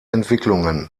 entwicklungen